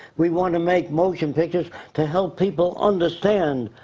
we wanna make motion pictures to help people understand.